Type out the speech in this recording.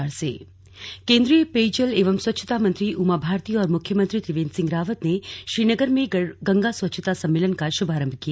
slug स्वच्छता अभियान केन्द्रीय पेयजल एवं स्वच्छता मंत्री उमा भारती और मुख्यमंत्री त्रिवेन्द्र सिंह रावत ने श्रीनगर में गंगा स्वच्छता सम्मेलन का शुभारंभ किया